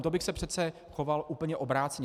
To bych se přece choval úplně obráceně.